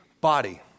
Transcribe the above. body